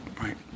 right